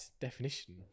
definition